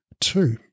Two